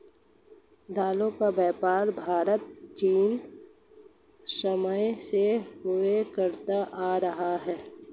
दालों का व्यापार भारत प्राचीन समय से ही करता आ रहा है